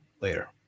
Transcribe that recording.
later